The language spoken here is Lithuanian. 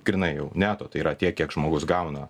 grynai jau neto tai yra tiek kiek žmogus gauna